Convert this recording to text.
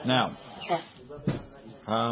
Now